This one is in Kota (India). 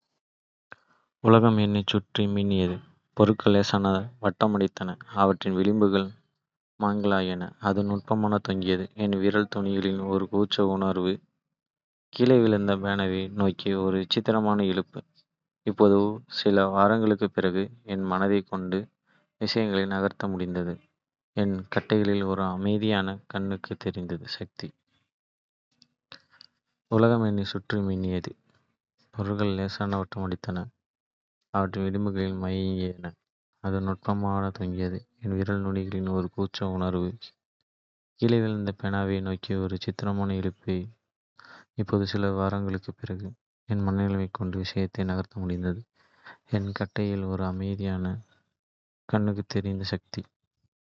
உலகம் என்னைச் சுற்றி மின்னியது, பொருள்கள் லேசாக வட்டமடித்தன, அவற்றின் விளிம்புகள் மங்கலாகின. அது நுட்பமாகத் தொடங்கியது, என் விரல் நுனிகளில் ஒரு கூச்ச உணர்வு. கீழே விழுந்த பேனாவை நோக்கி ஒரு விசித்திரமான இழுப்பு. இப்போது, சில வாரங்களுக்குப் பிறகு, என் மனதைக் கொண்டு விஷயங்களை நகர்த்த முடிந்தது, என் கட்டளையில் ஒரு அமைதியான, கண்ணுக்குத் தெரியாத சக்தி.